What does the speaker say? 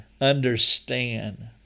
understand